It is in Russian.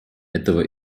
этого